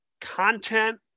content